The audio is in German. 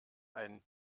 ein